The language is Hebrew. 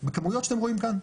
בכמויות שאתם רואים כאן.